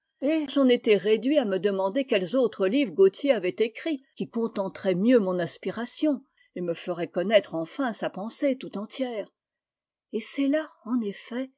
j'en étais réduit à me demander quels autres livres gautier avait écrits qui contenteraient mieux mon aspiration et me feraient connaître enfin sa pensée tout entière et c'est là en effet